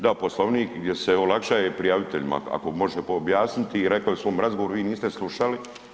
Da Poslovnik gdje se olakšaje prijaviteljima ako može to objasniti, reko je u svom razgovoru, vi to niste slušali.